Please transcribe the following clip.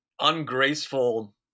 ungraceful